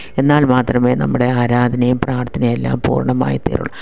എന്നാൽ മാത്രമേ നമ്മുടെ ആരാധനയും പ്രാർത്ഥനയെല്ലാം പൂർണമായി തീരുകയുള്ളു